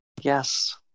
Yes